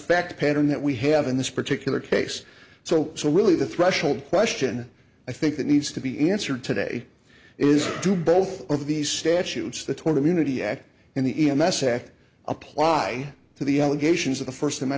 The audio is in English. fact pattern that we have in this particular case so so really the threshold question i think that needs to be answered today is do both of these statutes the tort of unity act in the n s a apply to the allegations of the first